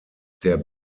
der